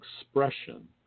expression